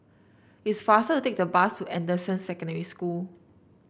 it's faster to take the bus to Anderson Secondary School